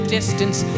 distance